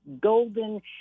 golden